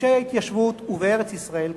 בגושי ההתיישבות ובארץ-ישראל כולה.